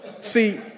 See